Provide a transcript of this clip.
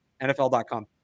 NFL.com